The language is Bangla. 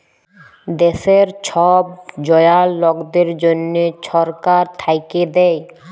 দ্যাশের ছব জয়াল লকদের জ্যনহে ছরকার থ্যাইকে দ্যায়